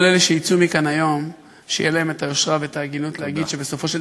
4,000, 4,700. מי סופר.